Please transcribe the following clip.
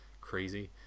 crazy